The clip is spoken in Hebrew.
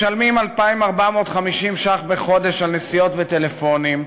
משלמים עוד 2,450 ש"ח בחודש על נסיעות וטלפונים,